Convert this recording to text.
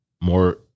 more